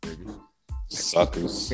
Suckers